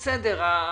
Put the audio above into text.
בסדר,